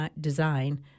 design